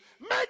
Make